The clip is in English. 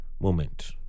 moment